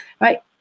right